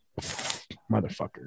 motherfucker